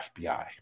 FBI